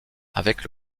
avec